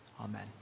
Amen